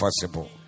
possible